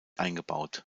eingebaut